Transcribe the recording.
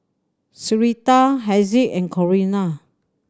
Syreeta Hezzie in Corrina